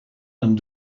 een